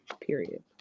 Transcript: Period